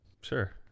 Sure